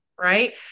right